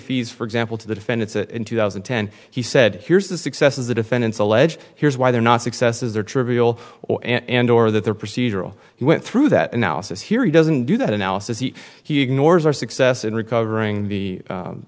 fees for example to the defendants it in two thousand and ten he said here's the successes the defendants allege here's why they're not successes are trivial or and or that they're procedural he went through that analysis here he doesn't do that analysis he ignores our success in recovering the